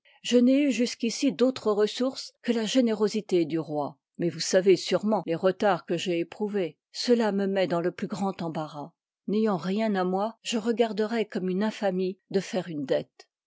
je n'ai eu jusqu'ici d'autres ressources que la générosité du roi mais vous savez sûrement les retards que j'ai éprouvés cela me met dans le plus grand embarras n'ayant rien à moi je regarderois comme une i prt infamie de faire une dette